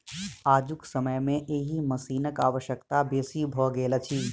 आजुक समय मे एहि मशीनक आवश्यकता बेसी भ गेल अछि